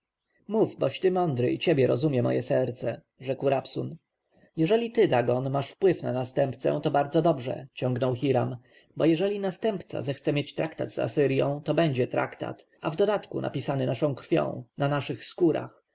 mów boś ty mądry i ciebie rozumie moje serce rzekł rabsun jeżeli ty dagon masz wpływ na następcę to bardzo dobrze ciągnął hiram bo jeżeli następca zechce mieć traktat z asyrją to będzie traktat i w dodatku napisany naszą krwią na naszych skórach